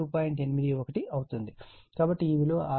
81 అవుతుంది కాబట్టి ఈ విలువ 6